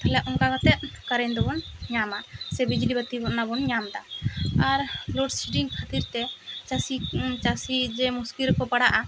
ᱛᱟᱦᱚᱞᱮ ᱚᱱᱠᱟ ᱠᱟᱛᱮ ᱠᱟᱨᱮᱱ ᱫᱚ ᱵᱚᱱ ᱧᱟᱸᱢᱟ ᱥᱮ ᱵᱤᱡᱽᱞᱤ ᱵᱟᱹᱛᱤ ᱵᱚ ᱚᱱᱟ ᱵᱚᱱ ᱧᱟᱢᱫᱟ ᱟᱨ ᱞᱚᱰᱥᱤᱰᱤᱝ ᱠᱷᱟ ᱛᱤᱨ ᱛᱮ ᱪᱟᱹᱥᱤ ᱪᱟᱹᱥᱤ ᱡᱮ ᱢᱩᱥᱠᱤᱞ ᱨᱮ ᱠᱚ ᱯᱟᱲᱟᱜᱼᱟ